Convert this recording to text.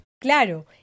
Claro